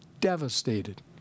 devastated